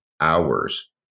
hours